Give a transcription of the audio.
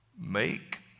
Make